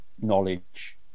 knowledge